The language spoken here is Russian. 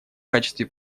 качестве